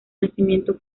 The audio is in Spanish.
nacimiento